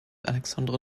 alexandre